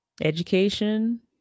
Education